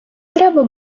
треба